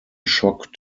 shock